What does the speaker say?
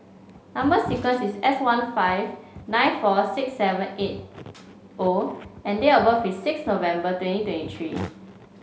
number sequence is S one five nine four six seven eight O and date of birth is six November twenty twenty three